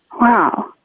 Wow